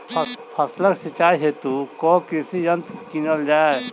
फसलक सिंचाई हेतु केँ कृषि यंत्र कीनल जाए?